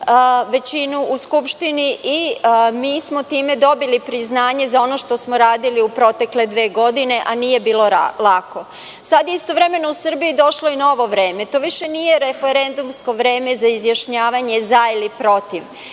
većinu u Skupštini i mi smo time dobili priznanje za ono što smo radili u protekle dve godine, a nije bilo lako. Sada je istovremeno u Srbiji došlo novo vreme. To nije više referendumsko vreme za izjašnjavanje „za“ ili „protiv“.